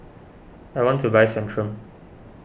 I want to buy Centrum